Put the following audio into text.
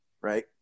right